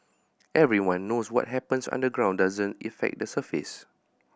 everyone knows what happens underground doesn't effect the surface